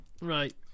Right